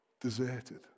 deserted